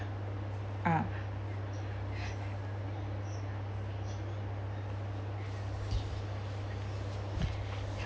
uh